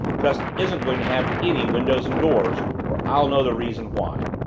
just isn't going to have any windows and doors or i'll know the reason why.